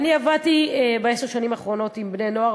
עבדתי בעשר השנים האחרונות עם בני-נוער,